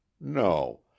no